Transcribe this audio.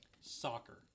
soccer